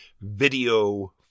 video